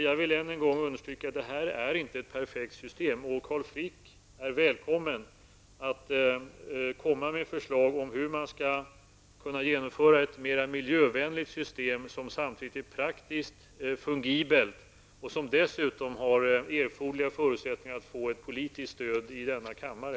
Jag vill än en gång understryka att det inte är ett perfekt system. Carl Frick är välkommen med förslag om hur man skall kunna genomföra ett mera miljövänligt system, som samtidigt är praktiskt fungerande och som dessutom har erforderliga förutsättningar att få politiskt stöd i denna kammare.